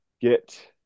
get